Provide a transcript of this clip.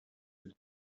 had